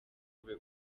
ube